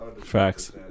Facts